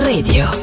Radio